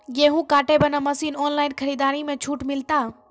गेहूँ काटे बना मसीन ऑनलाइन खरीदारी मे छूट मिलता?